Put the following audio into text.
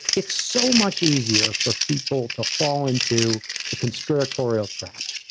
it's so much easier for people to fall into the conspiratorial trap.